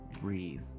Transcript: breathe